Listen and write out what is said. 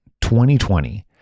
2020